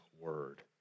Word